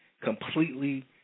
completely